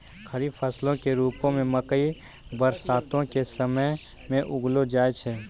खरीफ फसलो के रुपो मे मकइ बरसातो के समय मे उगैलो जाय छै